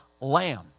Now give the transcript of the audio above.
lamb